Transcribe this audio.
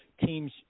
teams